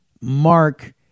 mark